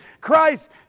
Christ